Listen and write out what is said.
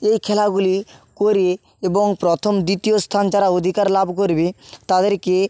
এই খেলাগুলি করে এবং প্রথম দ্বিতীয় স্থান যারা অধিকার লাভ করবে তাদেরকে